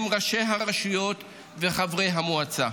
הם ראשי הרשויות וחברי המועצה.